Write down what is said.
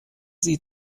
sie